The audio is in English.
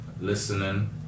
listening